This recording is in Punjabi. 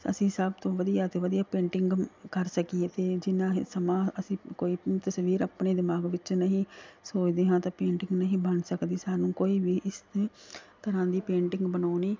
ਅਸੀਂ ਸਭ ਤੋਂ ਵਧੀਆ ਤੋਂ ਵਧੀਆ ਪੇਂਟਿੰਗ ਕਰ ਸਕੀਏ ਅਤੇ ਜਿੰਨਾ ਹੀ ਸਮਾਂ ਅਸੀਂ ਕੋਈ ਤਸਵੀਰ ਆਪਣੇ ਦਿਮਾਗ ਵਿੱਚ ਨਹੀਂ ਸੋਚਦੇ ਹਾਂ ਤਾਂ ਪੇਂਟਿੰਗ ਨਹੀਂ ਬਣ ਸਕਦੀ ਸਾਨੂੰ ਕੋਈ ਵੀ ਇਸਦੇ ਤਰ੍ਹਾਂ ਦੀ ਪੇਂਟਿੰਗ ਬਣਾਉਣੀ